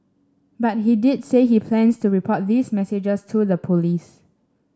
but he did say he plans to report these messages to the police